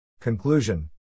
Conclusion